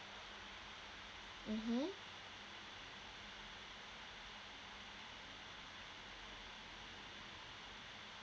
mmhmm